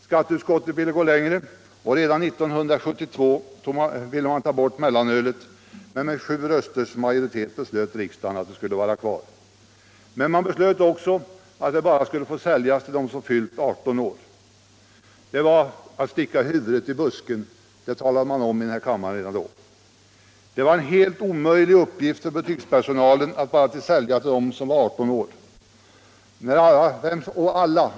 Skatteutskottet ville redan 1972 ta bort mellanölet, men med sju rösters majoritet beslöt riksdagen att det skulle vara kvar. Men riksdagen beslöt också att det skulle få säljas bara till dem som fyllt 18 år. Det var att sticka huvudet i busken — det talade man om i den här kammaren redan då. Det var en helt omöjlig uppgift för butikspersonalen att sälja bara till dem som var 18 år.